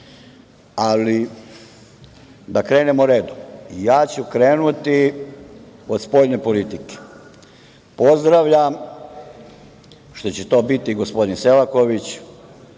krenemo redom. Ja ću krenuti od spoljne politike. Pozdravljam što će to biti gospodin Selaković,